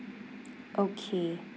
okay